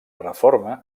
reforma